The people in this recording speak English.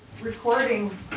Recording